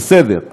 בסדר,